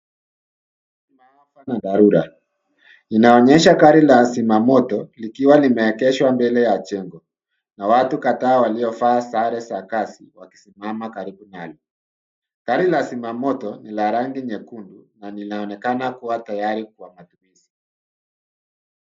Dharura inaonyesha gari la zimamoto likiwa limeegeshwa mbele ya jengo na watu kadhaa waliovaa sare za kazi wakisimama karibu nalo. Gari la zimamoto ni la rangi nyekundu na linaonekana kuwa tayari kuwadimisha.